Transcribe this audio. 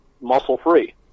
muscle-free